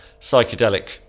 psychedelic